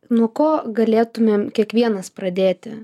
nuo ko galėtumėm kiekvienas pradėti